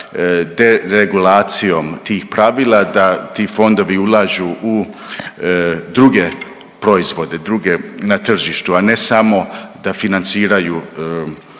deregulacijom tih pravila da ti fondovi ulažu u druge proizvode druge na tržištu, a ne samo da financiraju